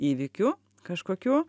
įvykių kažkokių